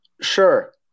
Sure